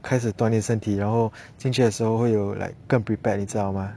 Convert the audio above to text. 开始锻炼身体然后进去的时候会有 like 更 prepared 你知道 mah